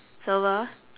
silver